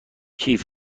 کیف